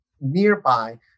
nearby